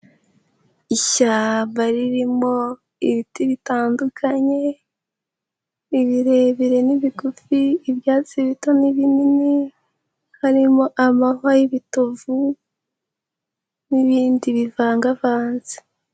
Ishyamba ririmo ibiti bitandukanye, ibirebire n'ibigufi, ibyatsi bito n'ibinini, harimo amahwa y'ibitovu n'ibindi bivangavanze.